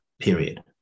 period